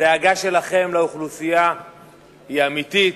הדאגה שלכם לאוכלוסייה היא אמיתית,